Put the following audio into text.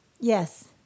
Yes